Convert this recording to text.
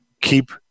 keep